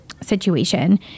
situation